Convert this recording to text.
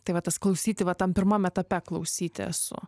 tai va tas klausyti va tam pirmam etape klausyti esu